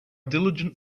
diligent